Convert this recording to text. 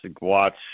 watch